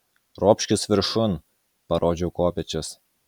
ropškis viršun parodžiau kopėčias